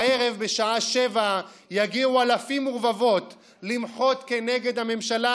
הערב בשעה 19:00 יגיעו אלפים ורבבות למחות כנגד הממשלה